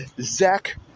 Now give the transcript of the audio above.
Zach